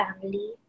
family